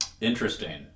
Interesting